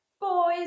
Boys